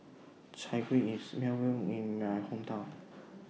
Chai Kueh IS Well known in My Hometown